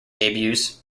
debuts